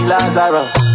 Lazarus